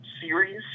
series